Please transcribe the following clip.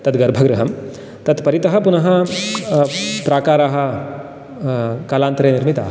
तद् गर्भगृहं तत्परितः पुनः प्राकाराः कालान्तरे निर्मिताः